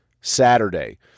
Saturday